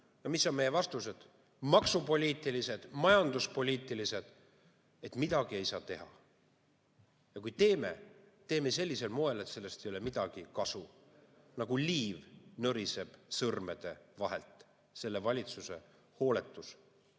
mis on meie vastused, maksupoliitilised, majanduspoliitilised? Et midagi ei saa teha. Kui teeme, teeme sellisel moel, et sellest ei ole midagi kasu. Nagu liiv nõriseb sõrmede vahelt selle valitsuse hooletus